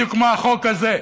בדיוק כמו החוק הזה,